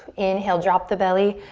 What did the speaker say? inhale, drop the belly,